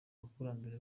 abakurambere